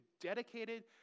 dedicated